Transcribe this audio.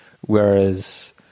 whereas